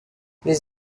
les